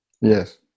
Yes